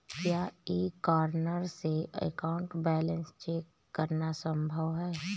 क्या e corner से account balance check करना संभव है?